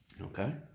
Okay